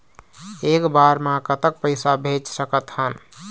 एक बार मे कतक पैसा भेज सकत हन?